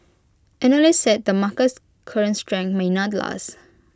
analysts said the market's current strength may not last